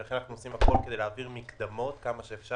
לכן אנחנו עושים הכול כדי להעביר מקדמות ככל האפשר.